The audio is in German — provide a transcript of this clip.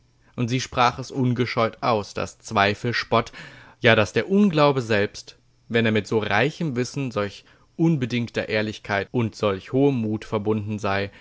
und sie sprach es ungescheut aus daß zweifel spott ja daß der unglaube selbst wenn er mit so reichem wissen solch unbedingter ehrlichkeit und solch hohem mut verbunden sei